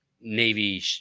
Navy